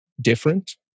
different